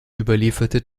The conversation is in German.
überlieferte